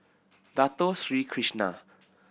Dato Sri Krishna